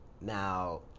Now